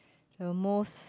the most